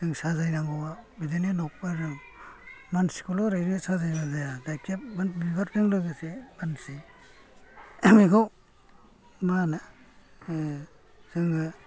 जों साजायनांगौआ बिदिनो न'खौ मानसिखौल' एरैनो साजायब्ला जाया बिबारजों लोगोसे मानसि बेखौ मा होनो जोङो